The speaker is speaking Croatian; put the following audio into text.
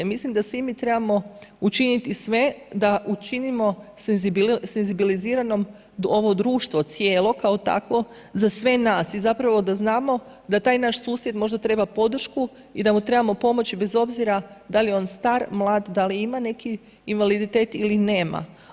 Mislim da svi mi trebamo učinit sve da učinimo senzibilizirano ovo društvo cijelo kao takvo za sve nas, zapravo da znamo da taj naš susjed možda treba podršku i damu trebamo pomoći bez obzira da li je on star, mlad, da li ima neki invaliditet ili nema.